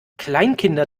kleinkinder